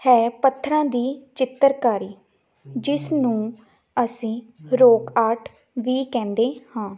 ਹੈ ਪੱਥਰਾਂ ਦੀ ਚਿੱਤਰਕਾਰੀ ਜਿਸ ਨੂੰ ਅਸੀਂ ਰੋਕ ਆਰਟ ਵੀ ਕਹਿੰਦੇ ਹਾਂ